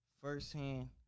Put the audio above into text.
firsthand